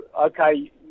okay